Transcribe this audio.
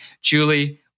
Julie